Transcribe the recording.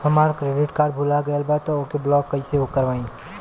हमार credit card भुला गएल बा त ओके ब्लॉक कइसे करवाई?